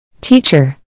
Teacher